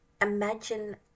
imagine